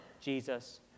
Jesus